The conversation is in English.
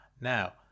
Now